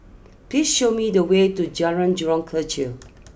please show me the way to Jalan Jurong Kechil